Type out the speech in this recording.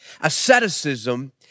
asceticism